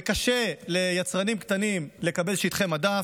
וקשה ליצרנים קטנים לקבל שטחי מדף,